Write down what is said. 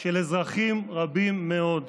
של אזרחים רבים מאוד.